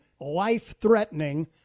life-threatening